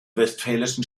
westfälischen